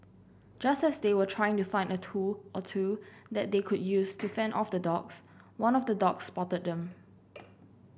just as they were trying to find a tool or two that they could use to fend off the dogs one of the dogs spotted them